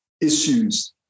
issues